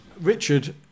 Richard